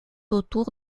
autour